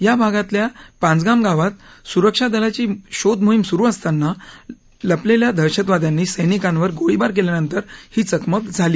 या भागातल्या पांझगाम गावात सुरक्षा दलांची शोध मोहिम सुरु असताना लपलेल्या दहशतवाद्यांनी सैनिकांवर गोळीबार केल्यानंतर ही चकमक सुरू झाली